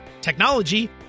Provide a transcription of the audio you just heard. technology